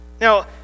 Now